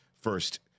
first